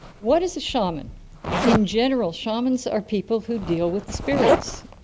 what is a shaman in general shamans are people who deal with the spirits.